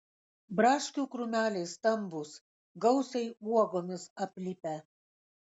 braškių krūmeliai stambūs gausiai uogomis aplipę